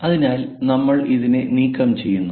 അതിനാൽ നമ്മൾ ഇതിനെ നീക്കം ചെയ്യുന്നു